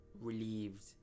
relieved